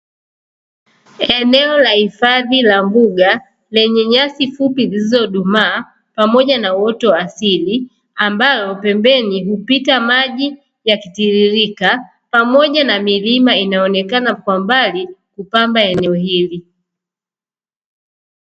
Eneo la hifadhi la mbuga lenye nyasi fupi zilizodumaa pamoja na uoto wa asili, ambayo pembeni hupita maji yakitiririka pamoja na milima inayoonekana kwa mbali kupamba eneo hili.